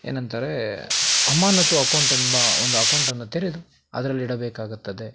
ಏನಂತಾರೆ ಅಮಾನತ್ತು ಅಕೌಂಟ್ ಎಂಬ ಒಂದು ಅಕೌಂಟನ್ನು ತೆರೆದು ಅದರಲ್ಲಿಡಬೇಕಾಗುತ್ತದೆ